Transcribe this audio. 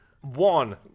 One